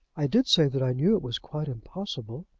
i did say that i knew it was quite impossible.